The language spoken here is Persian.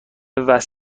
عملی